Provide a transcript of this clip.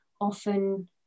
often